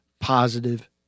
positive